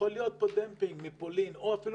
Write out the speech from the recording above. יכול להיות פה דמפינג מפולין או אפילו